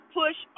push